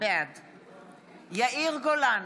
בעד יאיר גולן,